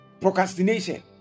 procrastination